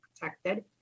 protected